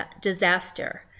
disaster